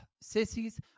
Sissies